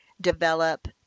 develop